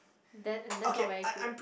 then uh that's not very good